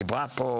דיברה פה